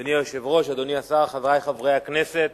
אדוני היושב-ראש, אדוני השר, חברי חברי הכנסת,